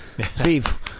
Steve